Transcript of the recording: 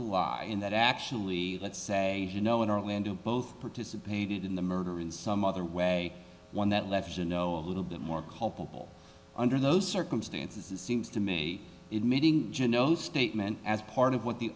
a lie in that actually let's say you know in orlando both participated in the murder in some other way one that left you know a little bit more culpable under those circumstances it seems to me in meeting genoese statement as part of what the